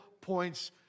points